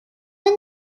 kühl